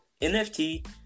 NFT